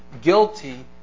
guilty